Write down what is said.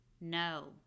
no